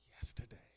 Yesterday